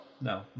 no